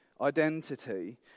identity